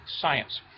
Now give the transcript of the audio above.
science